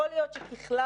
יכול להיות שככלל,